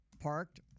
parked